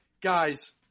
guys –